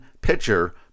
pitcher